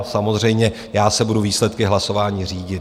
A samozřejmě já se budu výsledky hlasování řídit.